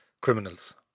criminals